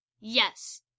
Yes